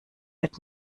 wird